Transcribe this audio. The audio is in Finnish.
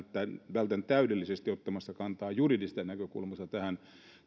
vältän täydellisesti ottamasta kantaa juridisesta näkökulmasta tähän